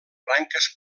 branques